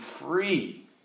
free